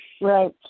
Right